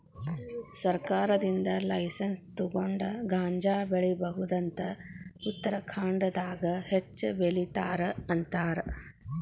ಸರ್ಕಾರದಿಂದ ಲೈಸನ್ಸ್ ತುಗೊಂಡ ಗಾಂಜಾ ಬೆಳಿಬಹುದ ಅಂತ ಉತ್ತರಖಾಂಡದಾಗ ಹೆಚ್ಚ ಬೆಲಿತಾರ ಅಂತಾರ